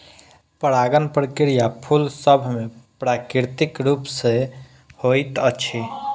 परागण प्रक्रिया फूल सभ मे प्राकृतिक रूप सॅ होइत अछि